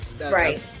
right